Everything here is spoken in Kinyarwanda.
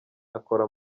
akora